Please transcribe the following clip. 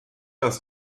das